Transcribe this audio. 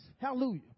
Hallelujah